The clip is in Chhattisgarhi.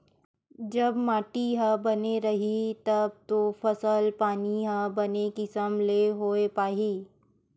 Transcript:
जब माटी ह बने रइही तब तो फसल पानी ह बने किसम ले होय पाही